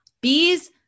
Bees